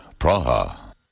Praha